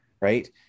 Right